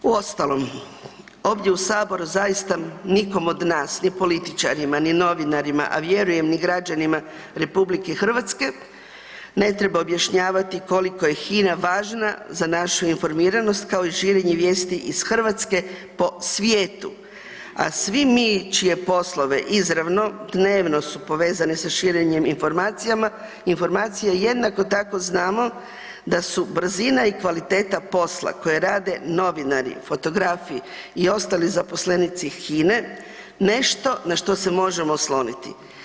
Uostalom, ovdje u Saboru zaista nikom od nas, ni političarima, ni novinarima a vjerujem ni građanima RH, ne treba objašnjavati koliko je HINA važna za našu informiranost kao i širenje vijesti iz Hrvatske po svijetu a svi mi čije poslove izravno dnevno su povezane sa širenjem informacija, jednako tako znam da su brzina i kvaliteta posla koje rade novinari, fotografi i ostali zaposlenici HINA-e, nešto na što se možemo osloniti.